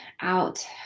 out